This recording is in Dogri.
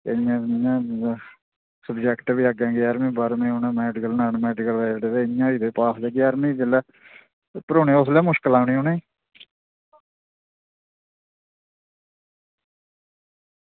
ते सब्जैक्ट बी जेह्ड़े जारहमीं बारहमीं होई गेदे पास ते जारहमीं च जेल्लै उप्पर होने उसलै मुश्कल आनी उ'नेंगी